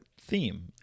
theme